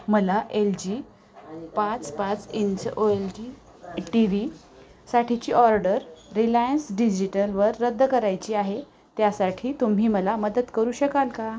मला L G पाच पाच इंच ओएलजी टी व्हीसाठीची ऑर्डर रिलायन्स डिजिटलवर रद्द करायची आहे त्यासाठी तुम्ही मला मदत करू शकाल का